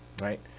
right